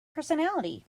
personality